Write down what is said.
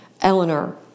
Eleanor